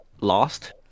lost